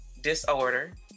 disorder